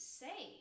say